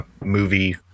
movie